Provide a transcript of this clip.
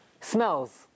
smells